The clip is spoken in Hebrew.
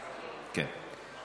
כן.